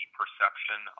perception